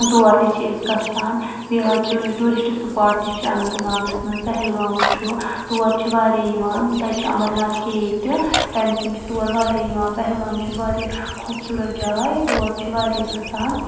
تور تہِ چھِ أسۍ گژھان بیٚیہِ حٕظ چھُ یہِ ٹوٗرِسٹہٕ سپاٹ تہِ چھِ اَننت ناگَس منٛز پہلگام چھُ تور چھِ واریاہ یِوان تَتہِ چھِ امرناتھ کیو تہِ تَمہِ کِنۍ چھِ تور واریاہ یِوان پہلگام چھُ واریاہ خوٗبصوٗرت جاے تور چھِ واریاہ گژھان